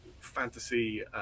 fantasy